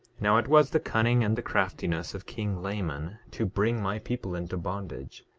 now it was the cunning and the craftiness of king laman, to bring my people into bondage,